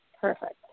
Perfect